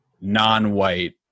non-white